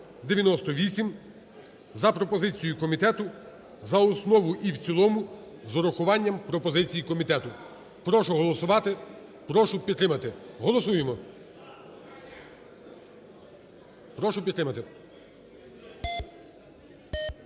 6298) за пропозицією комітету за основу і в цілому, з урахуванням пропозицій комітету. Прошу голосувати, прошу підтримати. Голосуємо. Прошу підтримати.